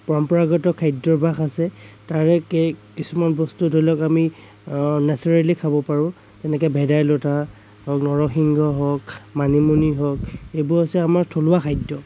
পৰম্পৰাগত খাদ্য়াভ্যাস আছে তাৰে কেই কিছুমান বস্তু ধৰি লওক আমি নেচাৰেলী খাব পাৰোঁ যেনেকে ভেদাইলতা নৰসিংহ হওক মানিমুনি হওক সেইবোৰ হৈছে আমাৰ থলুৱা খাদ্য়